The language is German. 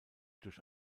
durch